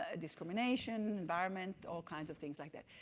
ah discrimination, environment, all kinds of things like that.